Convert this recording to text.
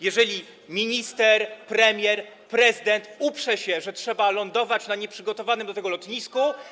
Jeżeli minister, premier czy prezydent uprze się, że trzeba lądować na nieprzygotowanym do tego lotnisku.